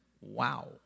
Wow